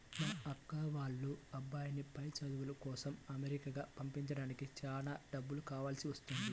మా అక్క వాళ్ళ అబ్బాయిని పై చదువుల కోసం అమెరికా పంపించడానికి చాలా డబ్బులు కావాల్సి వస్తున్నది